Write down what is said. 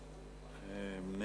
הצעות לסדר-היום מס' 3152,